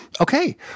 Okay